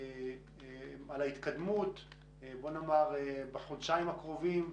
על ההתקדמות בחודשיים הקרובים,